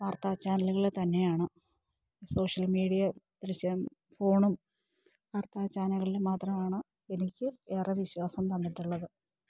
വാർത്താ ചാനലുകളെ തന്നെയാണ് സോഷ്യൽ മീഡിയ ദൃശ്യം ഫോണും വാർത്താ ചാനലുകളില് മാത്രമാണ് എനിക്ക് ഏറെ വിശ്വാസം തന്നിട്ടുള്ളത്